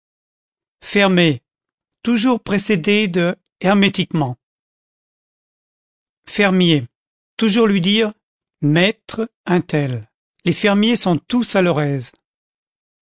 fermé toujours précédé de hermétiquement fermier toujours lui dire maître un tel les fermiers sont tous à